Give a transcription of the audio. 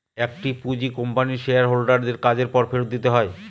একটি পুঁজি কোম্পানির শেয়ার হোল্ডার দের কাজের পর ফেরত দিতে হয়